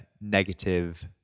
negative